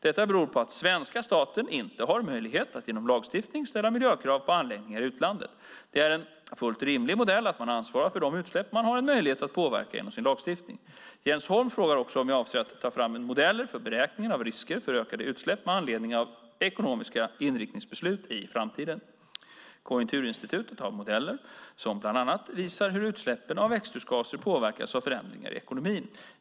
Detta beror på att svenska staten inte har möjlighet att genom lagstiftning ställa miljökrav på anläggningar i utlandet. Det är en fullt rimlig modell att man ansvarar för de utsläpp man har en möjlighet att påverka genom sin lagstiftning. Jens Holm frågar också om jag avser att ta fram modeller för beräkning av risker för ökade utsläpp med anledning av ekonomiska inriktningsbeslut i framtiden. Konjunkturinstitutet har modeller som bland annat visar hur utsläppen av växthusgaser påverkas av förändringar i ekonomin.